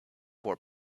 for